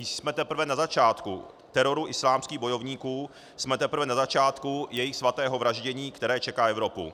Jsme teprve na začátku teroru islámských bojovníků, jsme teprve na začátku jejich svatého vraždění, které čeká Evropu.